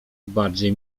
bardziej